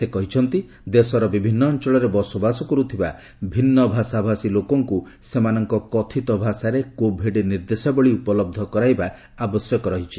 ସେ କହିଛନ୍ତି ଦେଶର ବିଭିନ୍ନ ଅଞ୍ଚଳରେ ବସବାସ କରୁଥିବା ଭିନ୍ନ ଭିନ୍ନ ଭାଷାଭାଷୀ ଲୋକଙ୍କୁ ସେମାନଙ୍କ କଥିତ ଭାଷାରେ କୋଭିଡ୍ ନିର୍ଦ୍ଦେଶାବଳୀ ଉପଲହ କରାଇବା ଆବଶ୍ୟକ ରହିଛି